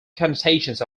connotations